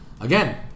Again